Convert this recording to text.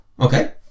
Okay